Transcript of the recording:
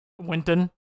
Winton